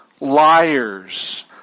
liars